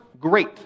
Great